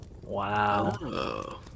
Wow